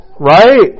Right